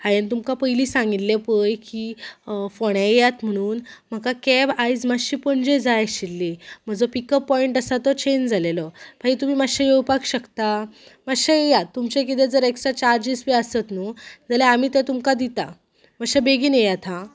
हांवें तुमकां पयलीं सांगिल्लें पळय की फोण्या येयात म्हूण म्हाका कॅब आयज मातशी पणजे जाय आशिल्ली म्हजो पिकअप पोयंट आसा तो चेंज जालेलो मागीर तुमी मातशे येवपाक शकता मातशे येया तुमचें किदें जर एक्स्ट्रा चार्जीस बी आसत न्हू जाल्या आमी तो तुमकां दितात मातशें बेगीन येयात हा